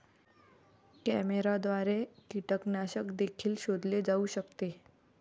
कॅमेऱ्याद्वारे कीटकनाशक देखील शोधले जाऊ शकते